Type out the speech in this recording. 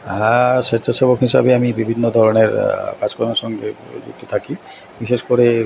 হ্যাঁ স্বেচ্ছাসেবক হিসাবে আমি বিভিন্ন ধরণের কাজকর্মের সঙ্গে যুক্ত থাকি বিশেষ করে